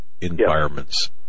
environments